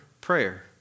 prayer